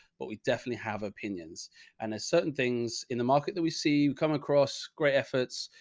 but we definitely have opinions and there's certain things in the market that we see. you come across great efforts,